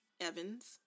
Evans